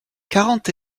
quarante